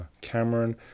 Cameron